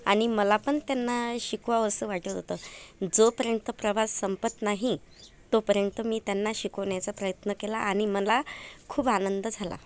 आणि मला पण त्यांना शिकवावंसं वाटत होतं जोपर्यंत प्रवास संपत नाही तोपर्यंत मी त्यांना शिकवण्याचा प्रयत्न केला आणि मला खूप आनंद झाला